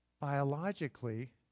biologically